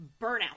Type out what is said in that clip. burnout